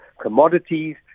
commodities